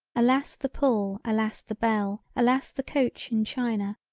alas the pull alas the bell alas the coach in china,